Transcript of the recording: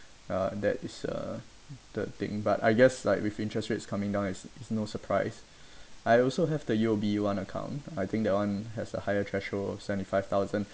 uh that is uh the thing but I guess like with interest rates coming down it's it's no surprise I also have the U_O_B one account I think that one has a higher threshold seventy five thousand